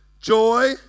joy